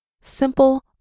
simple